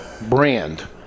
brand